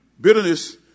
Bitterness